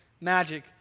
magic